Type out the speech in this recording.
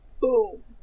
boom